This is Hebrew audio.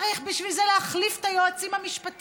צריך בשביל זה להחליף את היועצים המשפטיים,